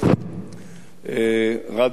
רדיו, ערוץ-7,